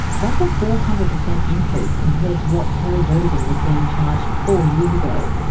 that's a four hundred percent increase compared to what terry vertigan was being charged four years ago.